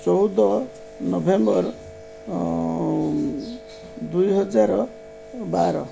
ଚଉଦ ନଭେମ୍ବର ଦୁଇ ହଜାର ବାର